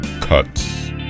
cuts